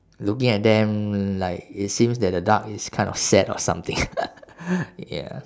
looking at them like it seems that the duck is kind of sad or something ya